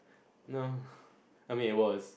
no I mean it was